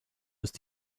ist